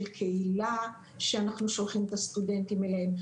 קהילה שאנחנו שולחים את הסטודנטים אליהם,